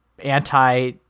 anti